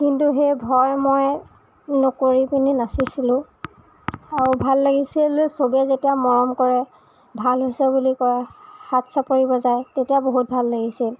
কিন্তু সেই ভয় মই নকৰিপিনি নাচিছিলোঁ আৰু ভাল লাগিছিল সবেই যেতিয়া মৰম কৰে ভাল হৈছে বুলি কয় হাত চাপৰি বজায় তেতিয়া বহুত ভাল লাগিছিল